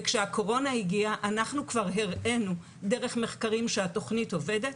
וכשהקורונה הגיעה אנחנו כבר הראינו דרך מחקרים שהתוכנית עובדת,